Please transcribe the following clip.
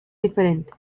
diferentes